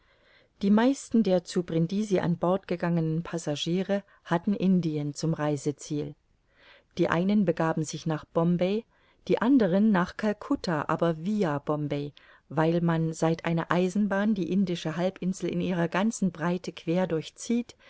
die meisten der zu brindisi an bord gegangenen passagiere hatten indien zum reiseziel die einen begaben sich nach bombay die anderen nach calcutta aber via bombay weil man seit eine eisenbahn die indische halbinsel in ihrer ganzen breite quer durchzieht